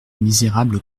misérable